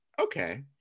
okay